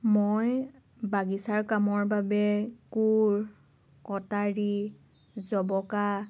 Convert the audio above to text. মই বাগিচাৰ কামৰ বাবে কোৰ কটাৰী জবকা